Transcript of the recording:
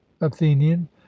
athenian